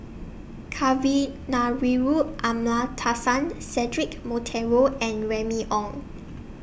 Kavignareru Amallathasan Cedric Monteiro and Remy Ong